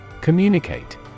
Communicate